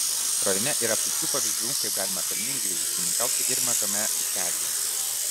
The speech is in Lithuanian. rajone yra puikių pavyzdžių kaip galima pelningai ūkininkauti ir mažame ūkelyje